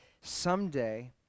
Someday